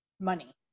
money